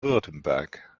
württemberg